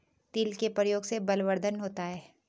तिल के प्रयोग से बलवर्धन होता है